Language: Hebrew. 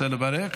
רוצה לברך?